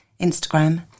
Instagram